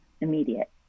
immediate